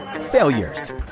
failures